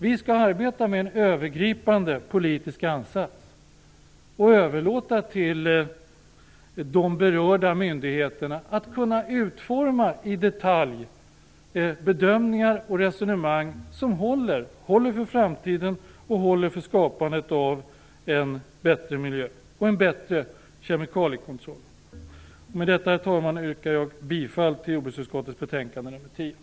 Vi skall arbeta med en övergripande politisk ansats och överlåta till de berörda myndigheterna att utforma i detalj bedömningar och resonemang som håller för framtiden och för skapandet av en bättre miljö och en bättre kemikaliekontroll. Med detta, herr talman, yrkar jag bifall till hemställan i jordbruksutskottets betänkande nr 10.